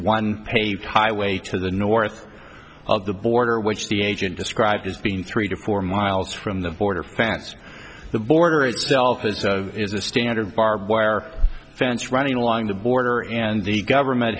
one paved highway to the north of the border which the agent described as being three to four miles from the border fence the border itself is a standard barbed wire fence running along the border and the government